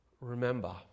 remember